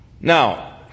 Now